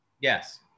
Yes